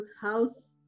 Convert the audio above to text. house